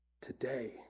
Today